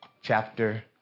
chapter